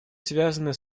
связаны